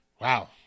Wow